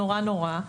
נורא נורא,